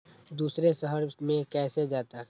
दूसरे शहर मे कैसे जाता?